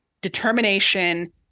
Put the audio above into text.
determination